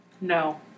No